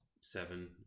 seven